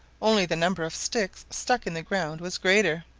only the number of sticks stuck in the ground was greater.